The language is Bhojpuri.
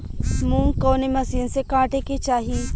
मूंग कवने मसीन से कांटेके चाही?